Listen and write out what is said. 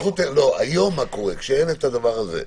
מה קורה היום, כשאין את התיקון הזה.